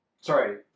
Sorry